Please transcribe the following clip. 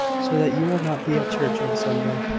so that you will not be at church on sunday.